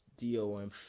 DOM